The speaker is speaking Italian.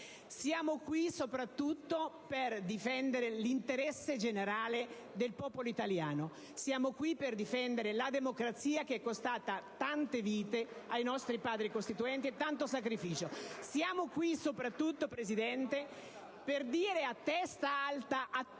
Siamo qui soprattutto per difendere l'interesse generale del popolo italiano. Siamo qui per difendere la democrazia, che è costata tante vite e tanto sacrificio. Siamo qui soprattutto, Presidente, per dire a testa alta,